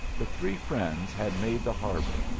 the three friends had made the harbor,